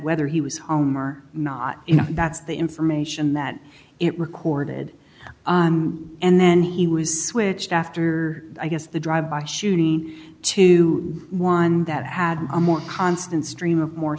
whether he was home or not you know that's the information that it recorded and then he was switched after i guess the drive by shooting to one that had a more constant stream of more